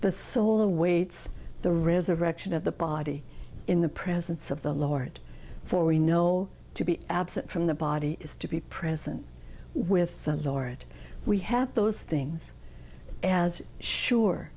the soul awaits the resurrection of the body in the presence of the lord for we know to be absent from the body is to be present with the lord we have those things as sure